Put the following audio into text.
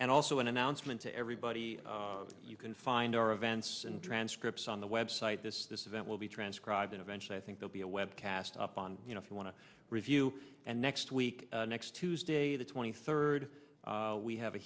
and also an announcement to everybody you can find our events and transcripts on the web site this this event will be transcribed and eventually i think they'll be a webcast up on you know if you want to review and next week next tuesday the twenty third we have a